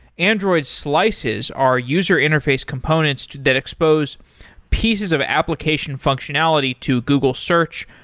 android slices are user interface components to that expose pieces of application functionality to google search,